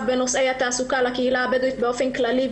בנושאי תעסוקה לקהילה הבדואית באופן כללי,